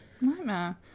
Nightmare